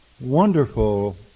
wonderful